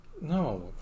No